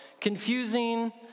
confusing